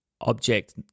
object